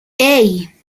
hey